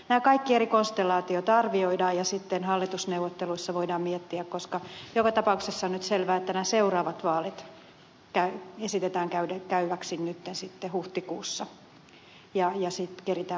mutta kaikki nämä eri konstellaatiot arvioidaan ja sitten hallitusneuvotteluissa voidaan miettiä koska joka tapauksessa on nyt selvää että nämä seuraavat vaalit esitetään käytäväksi nyt sitten huhtikuussa ja sitten keritään miettiä muuta